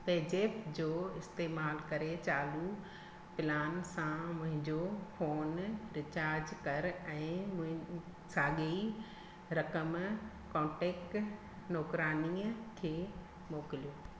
पे Jepp जो इस्तेमालु करे चालू प्लान सां मुंहिंजो फोन रीचार्ज कर ऐं मुंहि साॻिए रक़म कॉन्टेक्ट नौकरानीअ खे मोकिलियो